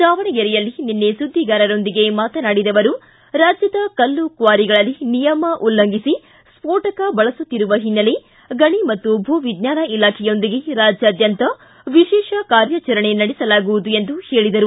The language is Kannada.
ದಾವಣಗೆರೆಯಲ್ಲಿ ನಿನ್ನೆ ಸುದ್ದಿಗಾರರೊಂದಿಗೆ ಮಾತನಾಡಿದ ಅವರು ರಾಜ್ಯದ ಕಲ್ಲುಕ್ವಾರಿಗಳಲ್ಲಿ ನಿಯಮ ಉಲ್ಲಂಘಿಸಿ ಸ್ಪೋಟಕ ಬಳಸುತ್ತಿರುವ ಹಿನ್ನೆಲೆ ಗಣಿ ಮತ್ತು ಭೂ ವಿಜ್ವಾನ ಇಲಾಖೆಯೊಂದಿಗೆ ರಾಜ್ಯಾದ್ಯಂತ ವಿಶೇಷ ಕಾರ್ಯಾಚರಣೆ ನಡೆಸಲಾಗುವುದು ಎಂದು ಹೇಳಿದರು